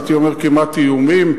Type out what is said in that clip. הייתי אומר כמעט איומים,